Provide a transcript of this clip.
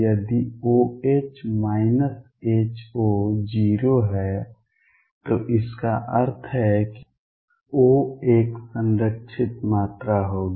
यदि OH HO 0 है तो इसका अर्थ है कि O एक संरक्षित मात्रा होगी